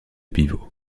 pivot